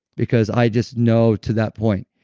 because i just know to that point,